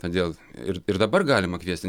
tadėl ir ir dabar galima kviesti